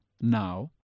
now